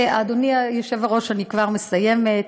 אדוני היושב-ראש, אני כבר מסיימת.